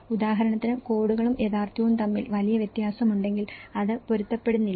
ഉദാഹരണത്തിന് കോഡുകളും യാഥാർത്ഥ്യവും തമ്മിൽ വലിയ വ്യത്യാസമുണ്ടെങ്കിൽ അത് പൊരുത്തപ്പെടുന്നില്ല